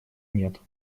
нет